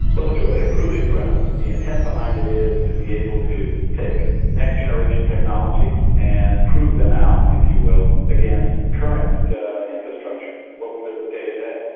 so it is really a proving ground. the intent behind it is to be able to take next-generation technologies and prove them out, if you will, against current infrastructure, what we live with day to day.